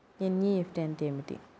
NEFT అంటే ఏమిటీ?